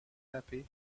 happy